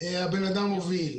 הבן אדם מוביל,